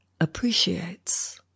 appreciates